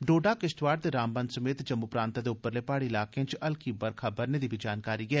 डोडा किश्तवाड़ ते रामबन समेत जम्मू प्रांतै दे उप्परले पहाड़ी इलाके च हल्की बरखा बरने दी बी जानकारी ऐ